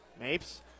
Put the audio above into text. Mapes